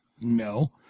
no